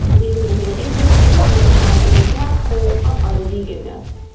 leaving the middle ages and the renaissance in a black hole of un-veganness.